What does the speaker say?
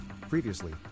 Previously